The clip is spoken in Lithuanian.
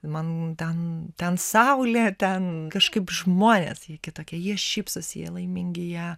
man ten ten saulė ten kažkaip žmonės kitokie jie šypsosi jie laimingi jie